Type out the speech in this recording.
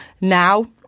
Now